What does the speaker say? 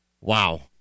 Wow